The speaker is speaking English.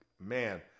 man –